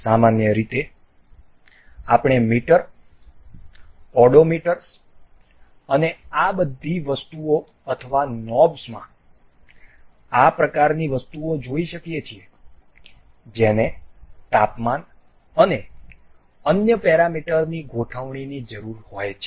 સામાન્ય રીતે આપણે મીટર ઓડોમીટર્સ અને આ બધી વસ્તુઓ અથવા નોબ્સમાં આ પ્રકારની વસ્તુઓ જોઇ શકીએ છીએ જેને તાપમાન અને અન્ય પેરામીટર ની ગોઠવણીની જરૂર હોય છે